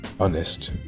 honest